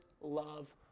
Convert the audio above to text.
love